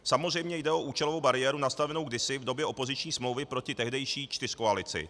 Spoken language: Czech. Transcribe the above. Samozřejmě jde o účelovou bariéru nastavenou kdysi v době opoziční smlouvy proti tehdejší čtyřkoalici.